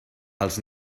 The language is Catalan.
els